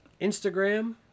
Instagram